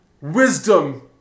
wisdom